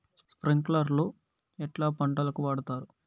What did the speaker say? స్ప్రింక్లర్లు ఎట్లా పంటలకు వాడుతారు?